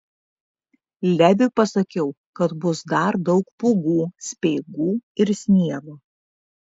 leviui pasakiau kad bus dar daug pūgų speigų ir sniego